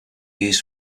used